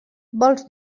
vols